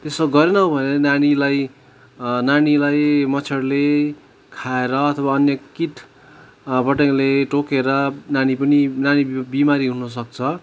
त्यसो गरेनौ भने नानीलाई नानीलाई मच्छडले खाएर अथवा अन्य किट पटङले टोकेर नानी पनि नानी बिमारी हुन सक्छ